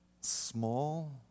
small